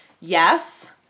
yes